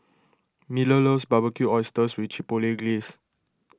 Miller loves Barbecued Oysters with Chipotle Glaze